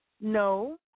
No